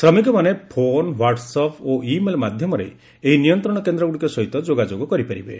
ଶ୍ରମିକମାନେ phone WhatsApp ଓ email ମାଧ୍ୟମରେ ଏହି ନିୟନ୍ତ୍ରଣ କେନ୍ଦ୍ରଗୁଡ଼ିକ ସହିତ ଯୋଗାଯୋଗ କରିପାରିବେ